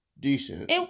decent